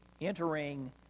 entering